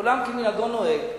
עולם כמנהגו נוהג.